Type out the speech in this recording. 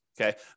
Okay